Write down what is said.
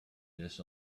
this